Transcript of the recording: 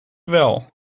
wel